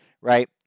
right